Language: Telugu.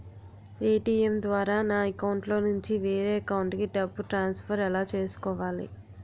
ఏ.టీ.ఎం ద్వారా నా అకౌంట్లోనుంచి వేరే అకౌంట్ కి డబ్బులు ట్రాన్సఫర్ ఎలా చేసుకోవాలి?